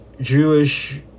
Jewish